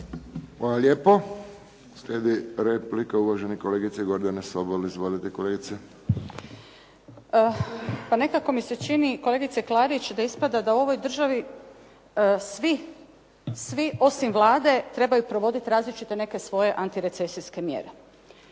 Hvala lijepo. Slijedi replika uvažene kolegice Gordane Sobol. Izvolite kolegice. **Sobol, Gordana (SDP)** Pa nekako mi se čini kolegice Klarić da ispada da u ovoj državi svi osim Vlade trebaju provoditi različite neke svoje antirecesijske mjere.